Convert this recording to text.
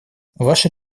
ваши